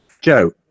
Joe